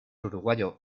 uruguayo